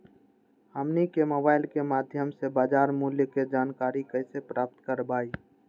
हमनी के मोबाइल के माध्यम से बाजार मूल्य के जानकारी कैसे प्राप्त करवाई?